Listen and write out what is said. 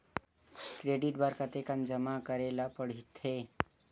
Credit बर कतेकन जमा करे ल पड़थे?